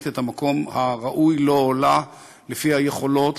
את המקום הראוי לו או לה לפי היכולות,